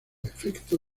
efecto